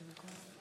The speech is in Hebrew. מצביע מרב מיכאלי,